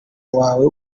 wawe